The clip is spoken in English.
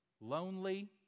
lonely